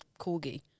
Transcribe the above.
Corgi